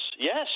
Yes